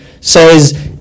says